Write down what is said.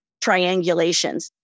triangulations